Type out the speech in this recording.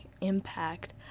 impact